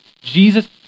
Jesus